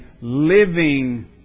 living